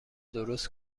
درست